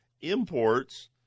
Imports